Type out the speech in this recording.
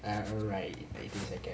alright thirty seconds